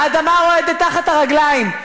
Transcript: האדמה רועדת תחת הרגליים.